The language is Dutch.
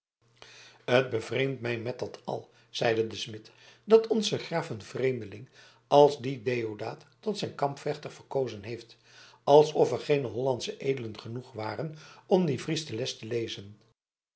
het bevreemdt mij met dat al zeide de smid dat onze graaf een vreemdeling als dien deodaat tot zijn kampvechter verkozen heeft alsof er geene hollandsche edelen genoeg waren om dien fries de les te lezen